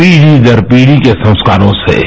पीढ़ीदर पीढ़ी के संस्कारों से हैं